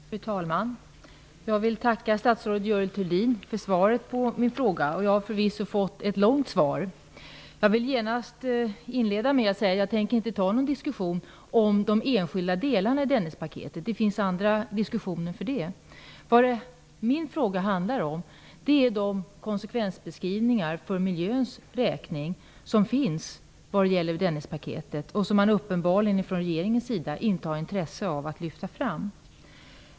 Fru talman! Jag vill tacka statsrådet Görel Thurdin för svaret på min fråga, och jag har förvisso fått ett långt svar. Jag vill genast säga att jag inte tänker ta upp någon diskussion om de enskilda delarna i Dennispaketet; det finns andra tillfällen att diskutera det. Vad min fråga handlar om är de konsekvensbeskrivningar för miljöns räkning som finns vad gäller Dennispaketet och som man från regeringens sida uppenbarligen inte har intresse av att lyfta fram.